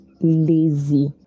lazy